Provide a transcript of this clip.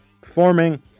performing